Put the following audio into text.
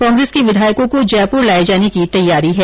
कांग्रेस के विधायकों को जयपुर में लाये जाने की तैयारी है